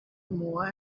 more